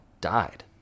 died